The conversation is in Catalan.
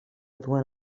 duen